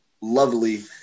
lovely